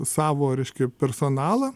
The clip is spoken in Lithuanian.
savo reiškia personalą